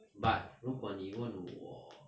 but 如果你问我